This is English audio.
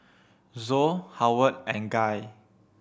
Zoe Howard and Guy